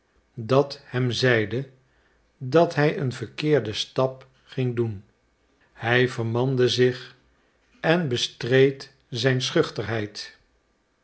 dat hem zeide dat hij een verkeerden stap ging doen hij vermande zich en bestreed zijn schuchterheid